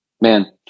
Man